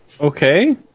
Okay